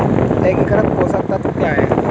एकीकृत पोषक तत्व क्या है?